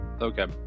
Okay